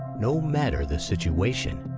no matter the situation?